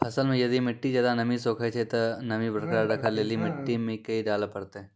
फसल मे यदि मिट्टी ज्यादा नमी सोखे छै ते नमी बरकरार रखे लेली मिट्टी मे की डाले परतै?